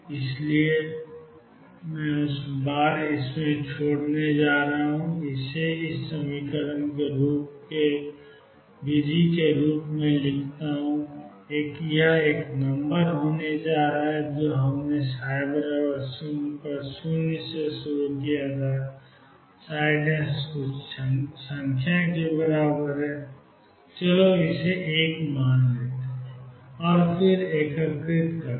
इसलिए मैं उस बार को इसमें छोड़ने जा रहा हूं इसे 12d2ydy2V ψyEψ विधि के रूप में लिखें एक नंबर होने जा रहा है जो हमने 00 से शुरू किया था कुछ संख्या के बराबर है चलो इसे 1 मान लें और फिर एकीकृत करें